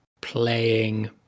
playing